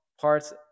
parts